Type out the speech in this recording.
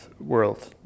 world